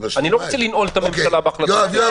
אני לא רוצה לנעול את הממשלה בהחלטה --- יואב,